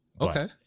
Okay